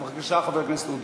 בבקשה, חבר הכנסת עודה.